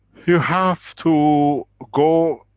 you have to go,